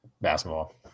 basketball